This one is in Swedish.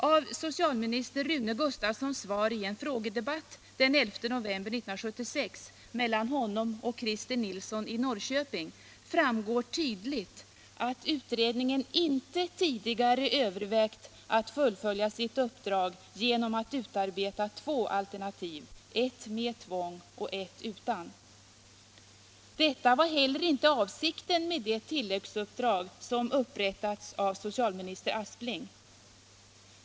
Av socialminister Rune Gustavssons svar i en frågedebatt den 11 november 1976 mellan honom och Christer Nilsson i Norrköping framgår tydligt att utredningen inte tidigare övervägt att fullfölja sitt uppdrag genom att utarbeta två alternativ, ett med och ett utan tvång. Detta var inte heller avsikten med de tilläggsuppdrag som upprättats av socialminister Aspling.